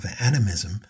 animism